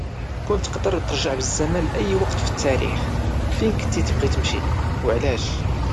كون تقدر ترجع بالزمن لاي وقت في التاريخ فين كنتي تيغي تمشي وعلاش؟